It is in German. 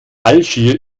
algier